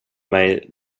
mig